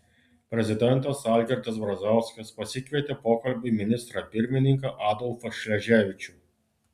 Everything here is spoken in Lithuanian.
prezidentas algirdas brazauskas pasikvietė pokalbiui ministrą pirmininką adolfą šleževičių